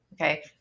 Okay